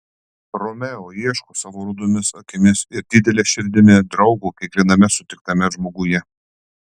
romeo ieško savo rudomis akimis ir didele širdimi draugo kiekviename sutiktame žmoguje